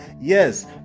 Yes